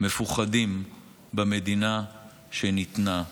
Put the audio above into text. מפוחדים במדינה שניתנה לנו.